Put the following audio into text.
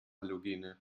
halogene